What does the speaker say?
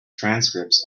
transcripts